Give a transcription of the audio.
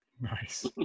Nice